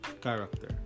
character